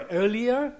earlier